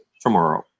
tomorrow